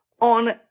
on